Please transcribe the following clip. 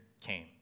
came